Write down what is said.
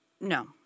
No